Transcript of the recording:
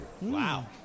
Wow